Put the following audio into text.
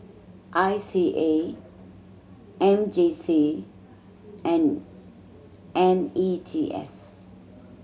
I C A M J C and N E T S